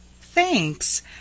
Thanks